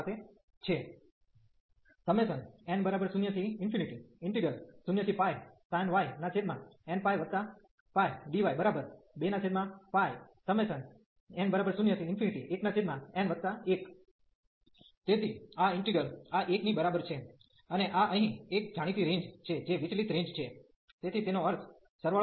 તેથી આપણી પાસે છે n00sin y nππdy2n01n1 તેથી આ ઈન્ટિગ્રલ આ 1 ની બરાબર છે અને આ અહીં એક જાણીતી રેન્જ છે જે વિચલીત રેન્જ છે તેથી તેનો અર્થ સરવાળો અહીં